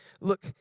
Look